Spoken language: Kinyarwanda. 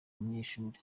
umunyeshuri